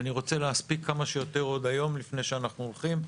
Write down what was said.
אני רוצה להספיק כמה שיותר עוד היום לפני שאנחנו הולכים.